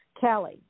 Kelly